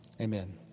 Amen